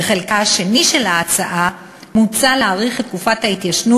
בחלקה השני של ההצעה מוצע להאריך את תקופת ההתיישנות